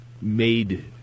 made –